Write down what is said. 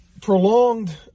prolonged